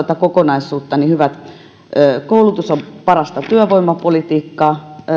tätä kokonaisuutta hyvät otsikot koulutus on parasta työvoimapolitiikkaa